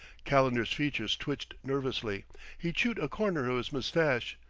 calendar's features twitched nervously he chewed a corner of his mustache,